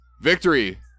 victory